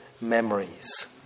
memories